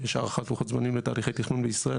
אם יש הערכת לוחות זמנים לתאריכי תכנון בישראל,